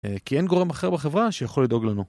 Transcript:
כי אין גורם אחר בחברה שיכול לדאוג לנו.